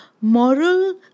moral